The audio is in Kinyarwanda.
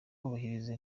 bubahiriza